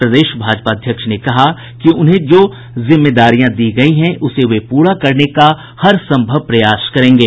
प्रदेश भाजपा अध्यक्ष ने कहा कि उन्हें जो जिम्मेदारियां दी गयी हैं उसे वे पूरा करने का हरसंभव प्रयास करेंगे